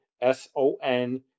S-O-N